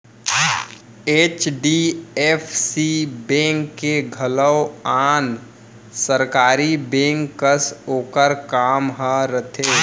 HDFC bank के घलौ आन सरकारी बेंक कस ओकर काम ह रथे